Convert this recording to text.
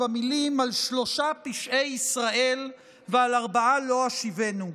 במילים "על שלֹשה פשעי ישראל ועל ארבעה לא אשיבנו".